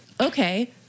okay